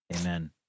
Amen